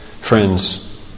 Friends